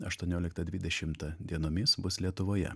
aštuonioliktą dvidešimtą dienomis bus lietuvoje